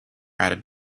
added